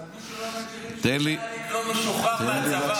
אבל מי שלומד שירים של ביאליק לא משוחרר מהצבא.